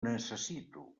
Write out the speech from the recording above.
necessito